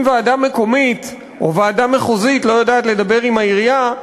אם ועדה מקומית או ועדה מחוזית לא יודעת לדבר עם העירייה,